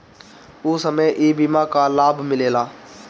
ऊ समय ई बीमा कअ लाभ मिलेला